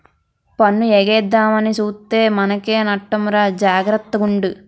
పన్ను ఎగేద్దామని సూత్తే మనకే నట్టమురా జాగర్త గుండు